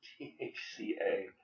THCA